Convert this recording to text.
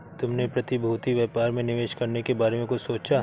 तुमने प्रतिभूति व्यापार में निवेश करने के बारे में कुछ सोचा?